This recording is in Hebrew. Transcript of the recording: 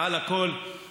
מעל הכול אני